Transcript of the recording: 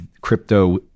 crypto